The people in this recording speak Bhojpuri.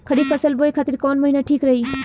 खरिफ फसल बोए खातिर कवन महीना ठीक रही?